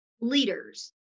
leaders